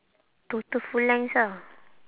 total full length ah